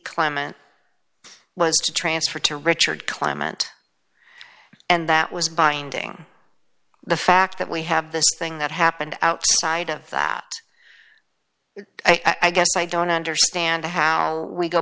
clement was to transfer to richard clement and that was binding the fact that we have this thing that happened outside of that i guess i don't understand how we go